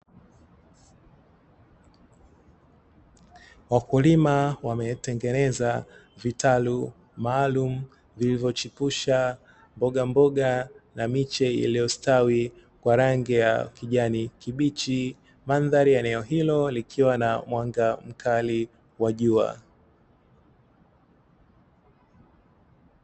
Wakulima wametengeneza vitalu maalumu vilivyochipusha mbogamboga na miche iliyostawi kwa rangi ya kijani kibichi, mandhari ya eneo hilo likiwa na mwanga mkali wa jua.